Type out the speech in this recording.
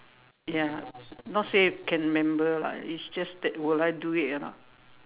ya not say can remember lah it's just that will I do it or not